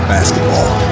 Basketball